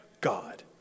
God